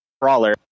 brawler